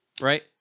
Right